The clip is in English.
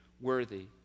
worthy